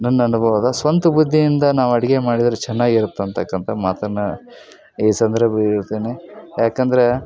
ನನ್ನ ಅನುಭವದ ಸ್ವಂತ ಬುದ್ಧಿಯಿಂದ ನಾವು ಅಡುಗೆ ಮಾಡಿದರೆ ಚೆನ್ನಾಗಿರುತ್ತೆ ಅಂತಕ್ಕಂಥ ಮಾತನ್ನು ಈ ಸಂದರ್ಭದಲ್ಲಿ ಹೇಳ್ತೇನೆ ಯಾಕಂದ್ರೆ